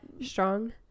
strong